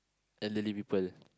elderly people